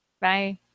Bye